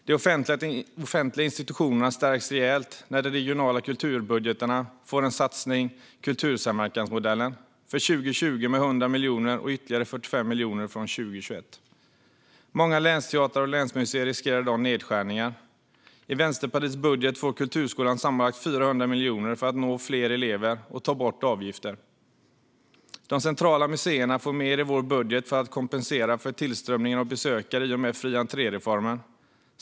De offentliga institutionerna stärks rejält när de regionala kulturbudgeterna får en satsning genom kultursamverkansmodellen, med 100 miljoner för 2020 och med ytterligare 45 miljoner från 2021. Många länsteatrar och länsmuseer riskerar i dag nedskärningar. I Vänsterpartiets budget får kulturskolan sammanlagt 400 miljoner för att nå fler elever och ta bort avgifter. De centrala museerna får mer i vår budget för att kompensera för tillströmningen av besökare i och med fri-entré-reformen.